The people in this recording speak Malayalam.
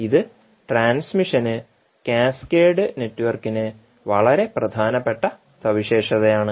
ഇത് ട്രാൻസ്മിഷന് കാസ്കേഡ് നെറ്റ്വർക്കിന് വളരെ പ്രധാനപ്പെട്ട സവിശേഷതയാണ്